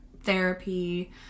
therapy